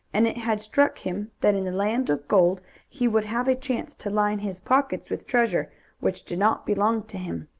and it had struck him that in the land of gold he would have a chance to line his pockets with treasure which did not belong to him.